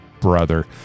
Brother